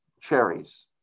cherries